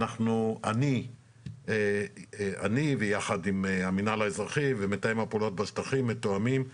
אני יחד עם המנהל האזרחי ומתאם הפעולות בשטחים מתואמים,